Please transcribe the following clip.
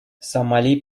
сомали